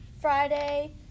Friday